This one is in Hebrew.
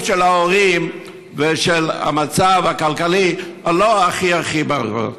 של ההורים ושל מצב כלכלי לא הכי הכי בעולם.